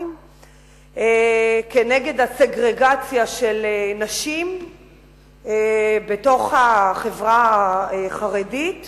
כנגד הסגרגציה של נשים בתוך החברה החרדית